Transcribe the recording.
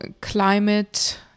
climate